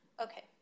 okay